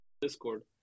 Discord